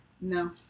no